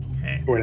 Okay